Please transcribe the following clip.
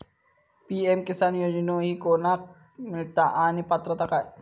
PM Kisan योजना ही कोणाक मिळता आणि पात्रता काय?